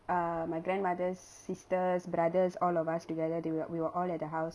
uh my grandmother's sisters brothers all of us together they were we were all at a house